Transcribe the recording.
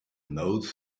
note